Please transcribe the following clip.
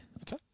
okay